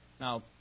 Now